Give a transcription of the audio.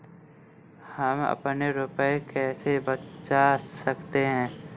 हम अपने रुपये कैसे बचा सकते हैं?